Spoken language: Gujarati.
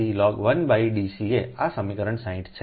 તેથી I c log 1 D c a આ સમીકરણ 60 છે